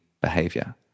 behavior